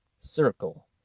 circle